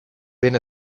ben